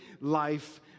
life